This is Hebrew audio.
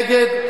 נגד,